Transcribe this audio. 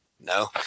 no